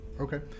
Okay